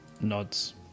nods